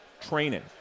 training